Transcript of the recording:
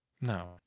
No